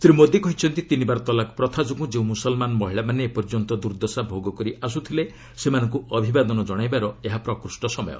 ଶ୍ରୀ ମୋଦି କହିଛନ୍ତି ତିନିବାର ତଲାକ୍ ପ୍ରଥା ଯୋଗୁଁ ଯେଉଁ ମୁସଲ୍ମାନ ମହିଳାମାନେ ଏପର୍ଯ୍ୟନ୍ତ ଦୁର୍ଦ୍ଦଶା ଭୋଗ କରିଆସୁଥିଲେ ସେମାନଙ୍କୁ ଅଭିବାଦନ ଜଶାଇବାର ଏହା ପ୍ରକୃଷ୍ଟ ସମୟ